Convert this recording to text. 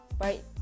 right